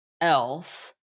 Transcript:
else